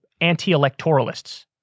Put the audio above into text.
anti-electoralists